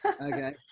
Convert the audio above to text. okay